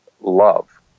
love